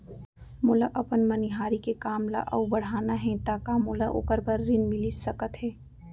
मोला अपन मनिहारी के काम ला अऊ बढ़ाना हे त का मोला ओखर बर ऋण मिलिस सकत हे?